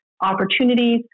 opportunities